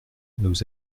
nos